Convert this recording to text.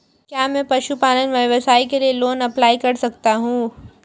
क्या मैं पशुपालन व्यवसाय के लिए लोंन अप्लाई कर सकता हूं?